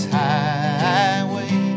highway